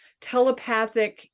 telepathic